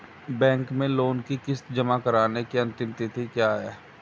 Bank में loan की किश्त जमा कराने की अंतिम तिथि क्या है?